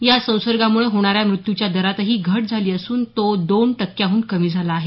या संसर्गामुळे होणाऱ्या मृत्यूच्या दरातही घट झाली असून तो दोन टक्क्यांहून कमी झाला आहे